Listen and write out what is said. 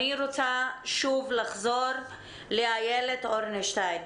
אני רוצה לחזור לאיילת אורנשטיין.